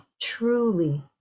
truly